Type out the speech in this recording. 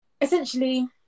Essentially